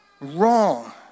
wrong